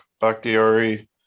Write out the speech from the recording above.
Bakhtiari